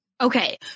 Okay